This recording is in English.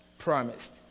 Promised